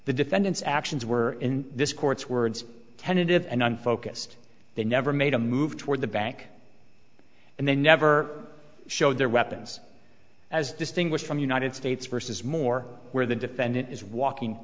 the defendant's actions were in this court's words tentative and unfocused they never made a move toward the bank and they never showed their weapons as distinguished from united states versus more where the defendant is walking